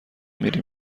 میری